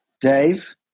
Dave